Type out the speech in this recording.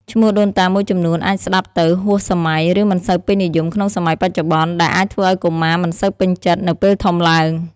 ឈ្មោះដូនតាមួយចំនួនអាចស្តាប់ទៅហួសសម័យ ឬមិនសូវពេញនិយមក្នុងសម័យបច្ចុប្បន្ន ដែលអាចធ្វើឱ្យកុមារមិនសូវពេញចិត្តនៅពេលធំឡើង។